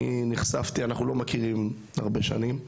אנחנו לא מכירים הרבה שנים,